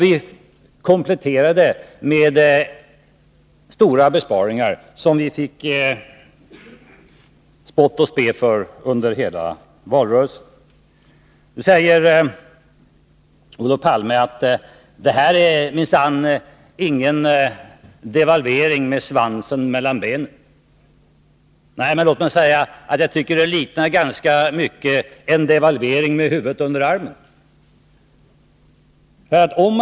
Vi kompletterade med stora besparingar, som vi fick spott och spe för under hela valrörelsen. Nu säger Olof Palme att det här minsann inte är någon devalvering med svansen mellan benen. Nej, men låt mig säga att jag tycker att det ganska mycket liknar en devalvering med huvudet under armen.